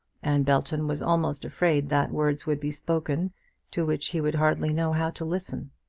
and belton was almost afraid that words would be spoken to which he would hardly know how to listen.